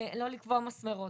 לא לקבוע מסמרות.